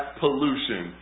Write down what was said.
pollution